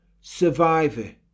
Survivor